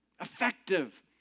effective